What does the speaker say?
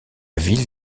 ville